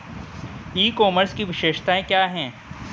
ई commerce की विशेषताएं क्या हैं?